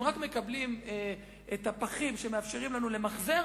אם רק מקבלים את הפחים שמאפשרים לנו למחזר,